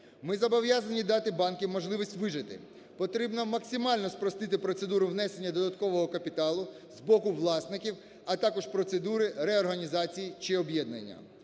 Ми зобов'язані дати банкам можливість вижити. Потрібно максимально спростити процедуру внесення додаткового капіталу з боку власників, а також процедури реорганізації чи об'єднання.